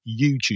youtube